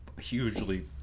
hugely